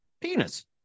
penis